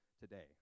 today